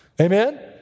Amen